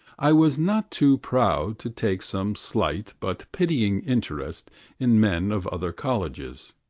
i was not too proud to take some slight but pitying interest in men of other colleges.